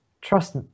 trust